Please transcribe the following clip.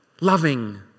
Loving